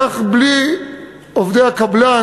כך בלי עובדי הקבלן,